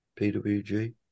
PWG